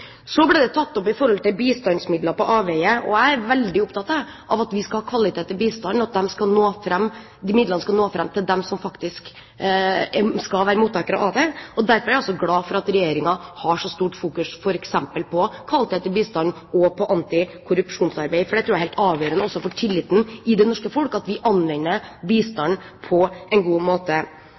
Så ble det tatt opp at bistandsmidler er på avveier. Jeg er opptatt av at vi skal ha kvalitet på bistanden, og at midlene skal nå fram til dem som faktisk skal være mottakere av dem. Derfor er jeg glad for at Regjeringen har så stort fokus på f.eks. kvalitet i bistand og på antikorrupsjonsarbeid. Jeg tror det er helt avgjørende også for tilliten i det norske folk at vi anvender bistand på en god måte.